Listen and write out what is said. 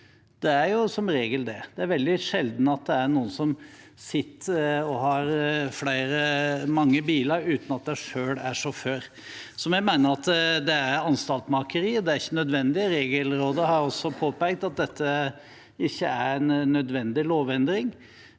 Det er som regel det. Det er veldig sjeldent at det er noen som har mange biler uten at de selv er sjåfør. Så vi mener at dette er anstaltmakeri. Det er ikke nødvendig. Regelrådet har også påpekt at dette ikke er en nødvendig lovendring,